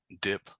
dip